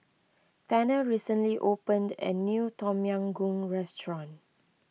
Tanner recently opened a new Tom Yam Goong restaurant